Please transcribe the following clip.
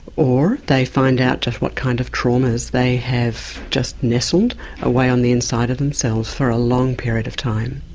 or they find out just what kind of traumas they have just nestled away on the inside of themselves for a long period of time.